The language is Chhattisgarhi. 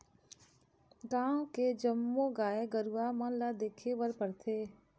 गाँव के जम्मो गाय गरूवा मन ल देखे बर परथे